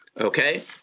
okay